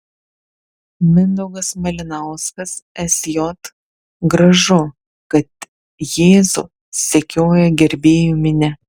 mindaugas malinauskas sj gražu kad jėzų sekioja gerbėjų minia